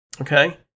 Okay